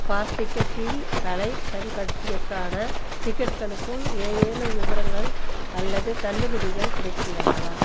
fast டிக்கெட்டில் கலை கண்காட்சிக்கான டிக்கெட்டுகளுக்கும் ஏதேனும் விவரங்கள் அல்லது தள்ளுபடிகள் கிடைக்கின்றனவா